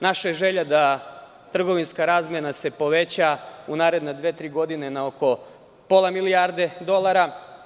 Naša je želja da se trgovinska razmena poveća u naredne dve, tri godine za oko pola milijarde dolara.